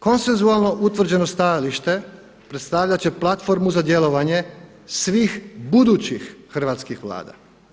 Konsenzualno utvrđeno stajalište predstavljat će platformu za djelovanje svih budućih hrvatskih Vlada.